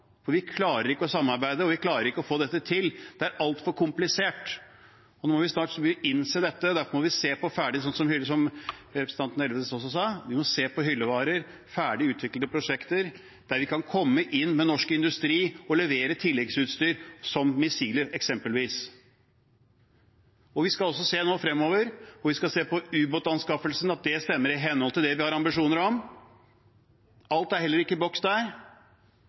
for vi klarer ikke å samarbeide, og vi klarer ikke å få dette til. Det er altfor komplisert. Nå må vi snart innse det. Derfor må vi, som representanten Elvenes også sa, se på hyllevarer, ferdig utviklede prosjekter, der vi kan komme inn med norsk industri og levere tilleggsutstyr, som missiler eksempelvis. Vi skal nå se fremover. Vi skal se på ubåtanskaffelsen, at det stemmer i henhold til det vi har ambisjoner om. Alt er heller ikke i boks der.